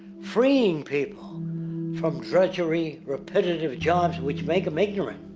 freeing people from drudgery, repetitive jobs which make them ignorant.